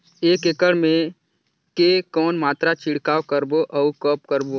एक एकड़ मे के कौन मात्रा छिड़काव करबो अउ कब करबो?